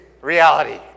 reality